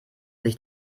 sich